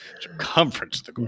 circumference